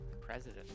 president